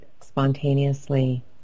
spontaneously